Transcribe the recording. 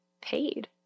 paid